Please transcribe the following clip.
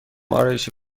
آرایشی